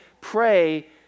pray